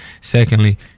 Secondly